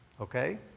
Okay